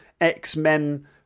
X-Men